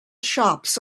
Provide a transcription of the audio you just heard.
shops